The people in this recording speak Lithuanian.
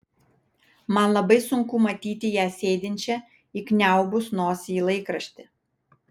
man labai sunku matyti ją sėdinčią įkniaubus nosį į laikraštį